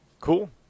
Cool